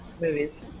movies